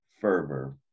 fervor